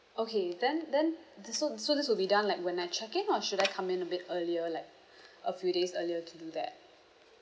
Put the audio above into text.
okay then then the so so this will be done like when I check in or should I come in a bit earlier like a few days earlier to do that